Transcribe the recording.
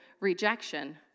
rejection